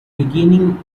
beginning